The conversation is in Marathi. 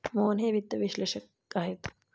मोहन हे वित्त विश्लेषक आहेत